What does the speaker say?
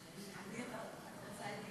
שולחן הכנסת,